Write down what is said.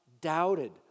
doubted